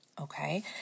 okay